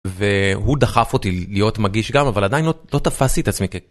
והוא דחף אותי להיות מגיש גם, אבל עדיין לא תפסתי את עצמי כ..